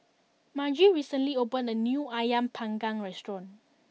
Margy recently opened a new Ayam Panggang restaurant